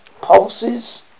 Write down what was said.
pulses